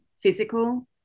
physical